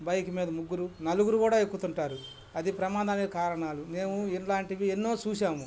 bike మీద ముగ్గురు నలుగురు కూడా ఎక్కుతుంటారు అది ప్రమాదానికి కారణాలు మేము ఇలాంటివి ఎన్నో చూసాము